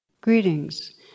Greetings